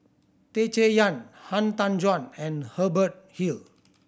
Tan Chay Yan Han Tan Juan and Hubert Hill